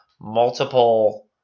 multiple